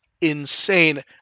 insane